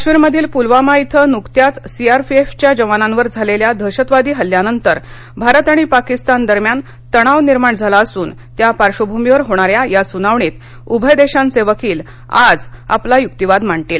काश्मीरमधील पूलवामा इथं नुकत्याच सीआरपीएफच्या जवानांवर झालेल्या दहशतवादी हल्ल्यानंतर भारत आणि पाकिस्तान दरम्यान तणाव निर्माण झाला असून त्या पार्श्वभूमीवर होणाऱ्या या सुनावणीत उभय देशांचे वकील आज आपला युक्तीवाद मांडतील